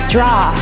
Draw